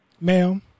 Ma'am